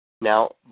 Now